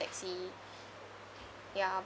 taxi ya